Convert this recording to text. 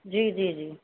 ਜੀ ਜੀ ਜੀ